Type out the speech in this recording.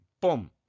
boom